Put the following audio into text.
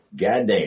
Goddamn